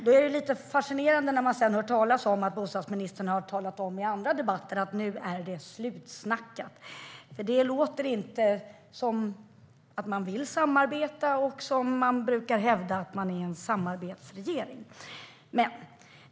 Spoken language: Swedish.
Det är lite fascinerande att sedan få höra talas om att bostadsministern i andra debatter har talat om att det nu är slutsnackat. Det låter inte som att man vill samarbeta trots att man brukar hävda att man är en samarbetsregering.